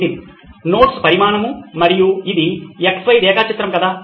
Nitin notes పరిమాణం మరియు ఇది X Y రేఖా చిత్రం కదా